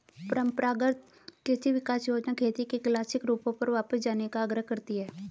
परम्परागत कृषि विकास योजना खेती के क्लासिक रूपों पर वापस जाने का आग्रह करती है